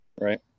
Right